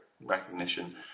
recognition